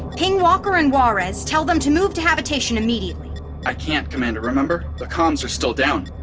ping walker and juarez tell them to move to habitation, immediately i can't, commander, remember? the comms are still down